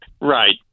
Right